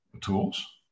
tools